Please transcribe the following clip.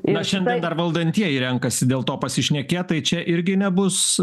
na šiandien dar valdantieji renkasi dėl to pasišnekėt tai čia irgi nebus